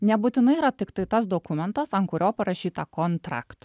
nebūtinai yra tiktai tas dokumentas ant kurio parašyta kontrakt